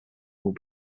would